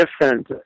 different